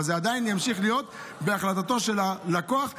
אבל זה עדיין ימשיך להיות בהחלטתו של הלקוח להחליט,